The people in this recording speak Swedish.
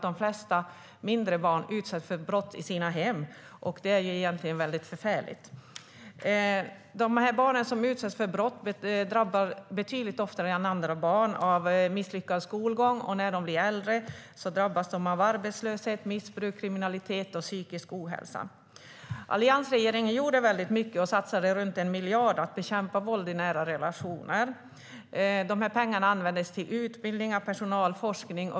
De flesta mindre barn utsätts nämligen för brott i sina hem, vilket är förfärligt. De barn som utsätts för brott drabbas betydligt oftare än andra barn av misslyckad skolgång, och när de blir äldre drabbas de av arbetslöshet, missbruk, kriminalitet och psykisk ohälsa. Alliansregeringen gjorde mycket och satsade runt 1 miljard på att bekämpa våld i nära relationer. Dessa pengar användes till utbildning av personal och forskning.